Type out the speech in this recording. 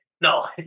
No